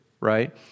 right